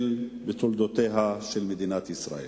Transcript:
בתולדותיה של מדינת ישראל.